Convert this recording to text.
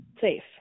safe